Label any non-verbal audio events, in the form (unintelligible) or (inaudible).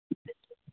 (unintelligible)